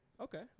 Okay